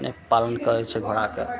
नहि पालन करैत छै घोड़ाके